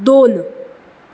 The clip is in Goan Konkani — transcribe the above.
दोन